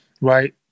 right